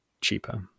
cheaper